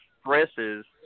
stresses